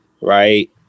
Right